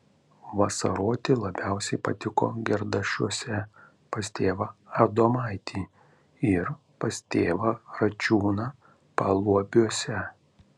vasaroti labiausiai patiko gerdašiuose pas tėvą adomaitį ir pas tėvą račiūną paluobiuose